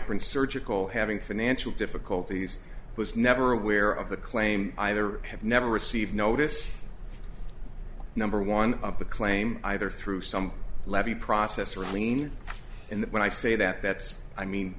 current surgical having financial difficulties was never aware of the claim either have never received notice number one of the claim either through some levy process or i'm leaning in that when i say that that's i mean